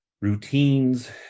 routines